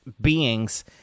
beings